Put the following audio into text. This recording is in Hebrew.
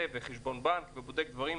בחשבון הבנק ובודק דברים,